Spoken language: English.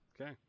Okay